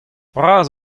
bras